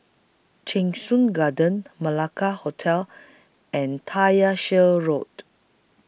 Cheng Soon Garden Malacca Hotel and Tyersall Road